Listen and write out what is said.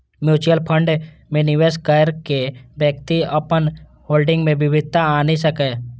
mutual fund मे निवेश कैर के व्यक्ति अपन होल्डिंग मे विविधता आनि सकैए